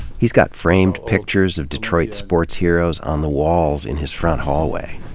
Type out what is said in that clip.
he's got framed pictures of detroit sports heroes on the walls in his front hallway.